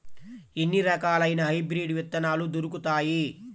ఎన్ని రకాలయిన హైబ్రిడ్ విత్తనాలు దొరుకుతాయి?